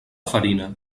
farina